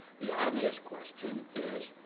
the obvious question is,